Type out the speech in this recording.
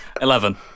Eleven